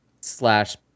slash